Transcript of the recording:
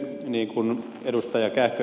niin kuin ed